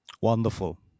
wonderful